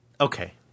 okay